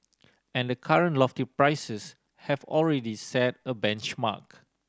and the current lofty prices have already set a benchmark